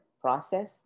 process